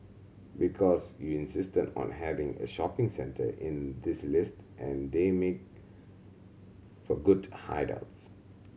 because you insisted on having a shopping centre in this list and they make for good hideouts